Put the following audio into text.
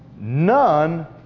None